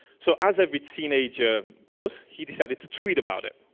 so as every teenager those he decided to tweet about it.